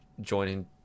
joining